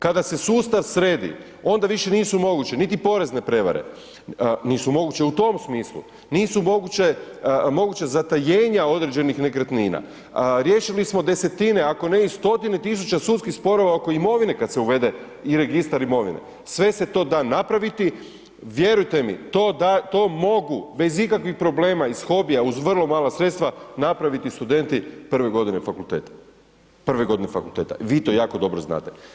Kada se sustav sredi onda više nisu moguće niti porezne prevare, nisu moguće u tom smislu, nisu moguće, moguća zatajenja određenih nekretnina, riješili smo desetine, ako ne i stotine tisuća sudskih sporova oko imovine kad se uvede i registar imovine, sve se to da napraviti, vjerujte mi to mogu bez ikakvih problema iz hobija uz vrlo mala sredstva napraviti studenti prve godine fakulteta, prve godine fakulteta, vi to jako dobro znate.